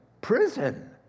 prison